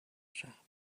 shop